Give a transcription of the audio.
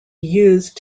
used